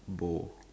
bowl